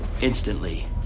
Instantly